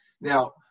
Now